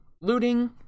looting